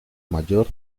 mayor